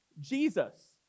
Jesus